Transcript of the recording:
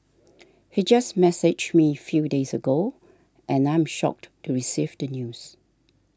he just messaged me few days ago and I am shocked to receive the news